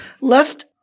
left